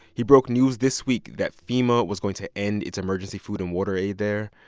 he broke news this week that fema was going to end its emergency food and water aid there,